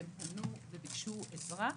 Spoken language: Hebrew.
והם פנו וביקשו עזרה.